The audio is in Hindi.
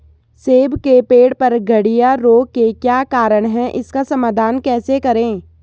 सेब के पेड़ पर गढ़िया रोग के क्या कारण हैं इसका समाधान कैसे करें?